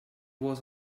was